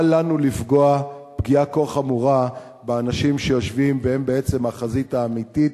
אל לנו לפגוע פגיעה כה חמורה באנשים שיושבים והם בעצם החזית האמיתית,